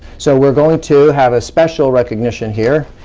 so we're going to have a special recognition here.